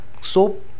soap